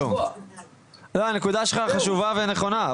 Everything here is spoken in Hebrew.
הנקודה שלך חשובה ונכונה,